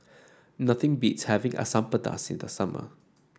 nothing beats having Asam Pedas in the summer